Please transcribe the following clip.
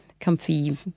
comfy